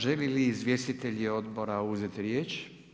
Želi li izvjestitelji odbora uzeti riječ?